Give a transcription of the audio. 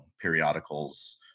periodicals